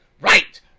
right